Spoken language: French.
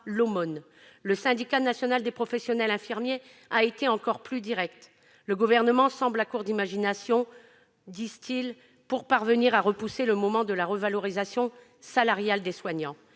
l'aumône. » Le Syndicat national des professionnels infirmiers a été encore plus direct :« Le Gouvernement semble à court d'imagination pour parvenir à repousser le moment de la revalorisation salariale des soignants.